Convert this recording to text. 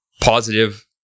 positive